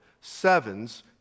Sevens